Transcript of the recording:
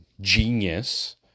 genius